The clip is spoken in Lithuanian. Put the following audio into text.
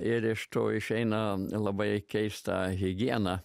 ir iš to išeina labai keista higiena